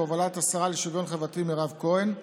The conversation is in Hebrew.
בהובלת השרה לשוויון חברתי מירב כהן,